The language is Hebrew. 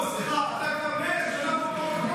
לא, סליחה, אתה כבר 100 שנה באותו מקום,